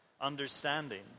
understanding